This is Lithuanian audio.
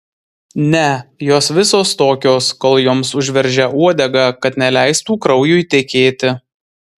ne jos visos tokios kol joms užveržia uodegą kad neleistų kraujui tekėti